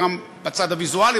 גם בצד הוויזואלי,